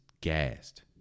gassed